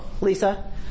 Lisa